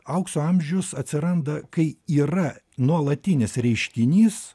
aukso amžius atsiranda kai yra nuolatinis reiškinys